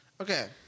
Okay